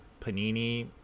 Panini